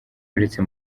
uretse